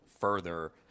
further